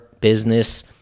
business